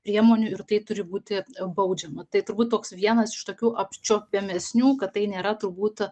priemonių ir tai turi būti baudžiama tai turbūt toks vienas iš tokių apčiuopiamesnių kad tai nėra turbūt